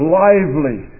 lively